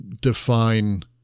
define